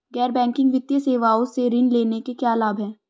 गैर बैंकिंग वित्तीय सेवाओं से ऋण लेने के क्या लाभ हैं?